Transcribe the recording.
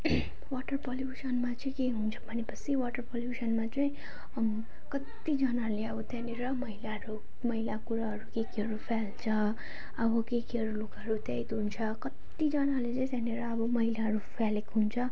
water पल्युसनमा चाहिँ के हुन्छ भनेपछि वाटर पल्युसनमा चाहिँ कत्तिजनाले अब त्यहाँनिर अब मैलाहरू मैला कुराहरू के केहरू फ्याँक्छ अब केकेहरू त्यहीँ धुन्छ कत्तिजनाले चाहिँ त्यहाँनिर अब मैलाहरू फ्याँकेको हुन्छ